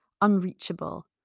unreachable